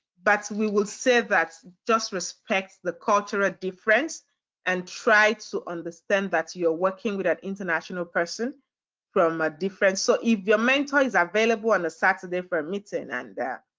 but we will say that just respect the culture ah difference and try to understand that you're working with an international person from a different so if your mentor is available on a saturday for a meeting and that,